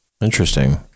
Interesting